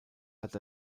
hat